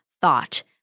thought